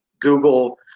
Google